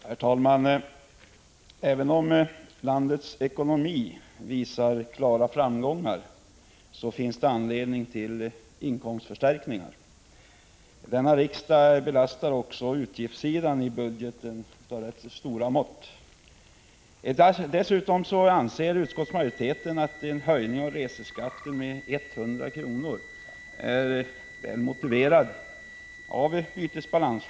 Herr talman! Även om landets ekonomi visar klara framgångar finns det anledning till inkomstförstärkningar. Denna riksdag belastar också i stor utsträckning utgiftssidan i budgeten. Dessutom anser utskottsmajoriteten att en höjning av reseskatten med 100 kr. är väl motiverad med tanke på bytesbalansen.